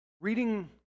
reading